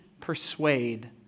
persuade